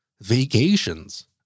vacations